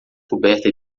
coberta